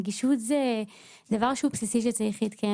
נגישות זה דבר שהוא בסיסי שצריך להתקיים